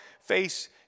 face